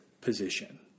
position